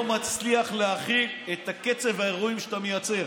מצליח להכיל את קצב האירועים שאתה מייצר.